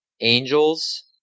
Angels